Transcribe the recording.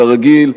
כרגיל,